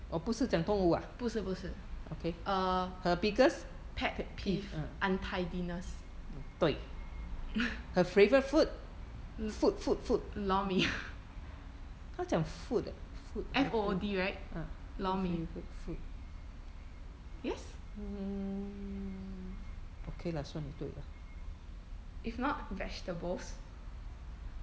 不是不是 err pet peeve untidiness lor mee F O O D right lor mee yes if not vegetables